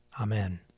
Amen